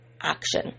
action